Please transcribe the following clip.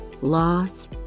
loss